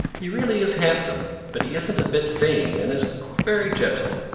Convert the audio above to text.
he really is handsome, but he isn't a bit vain and is very gentle.